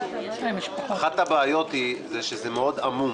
אחת הבעיות היא שזה מאוד עמום.